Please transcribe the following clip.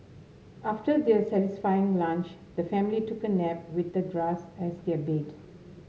after their satisfying lunch the family took a nap with the grass as their bed